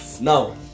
Now